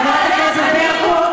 חברת הכנסת ברקו,